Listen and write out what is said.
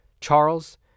Charles